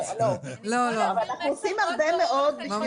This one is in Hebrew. אבל את יודעת אנחנו עושים הרבה מאוד בשביל.